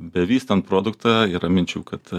bevystant produktą yra minčių kad